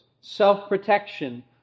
self-protection